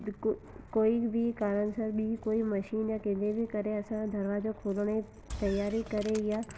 कु कोइ बि कारण सां बि कोइ मशीन या कंहिंजे बि करे असां दरवाजो खोलण जी तयारी करे या